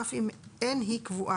אף אם אין היא קבועה'.